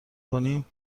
کنیم